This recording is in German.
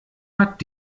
hat